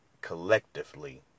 collectively